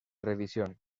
revisión